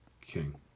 king